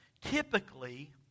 Typically